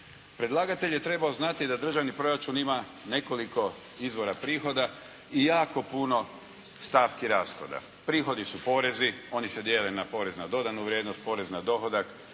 Predlagatelj je trebao znati da državni proračun ima nekoliko izvora prihoda i jako puno stavki rashoda. Prihodi su porezi, oni se dijele na porez na dodanu vrijednost, porez na dohodak,